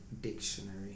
Dictionary